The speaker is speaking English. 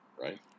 right